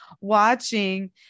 watching